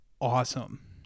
awesome